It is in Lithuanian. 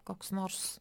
koks nors